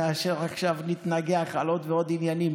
ולא עכשיו להתנגח על עוד ועוד עניינים.